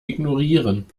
ignorieren